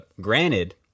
Granted